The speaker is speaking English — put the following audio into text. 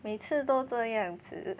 每次都这样子